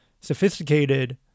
sophisticated